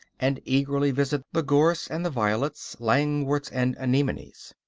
and eagerly visit the gorse and the violets, langworts and anemones.